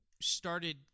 started